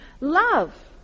love